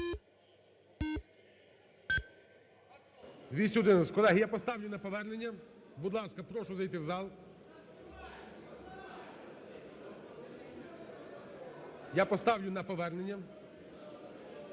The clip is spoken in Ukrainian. За-211 Колеги, я поставлю на повернення, будь ласка, прошу зайти в зал. Я поставлю на повернення,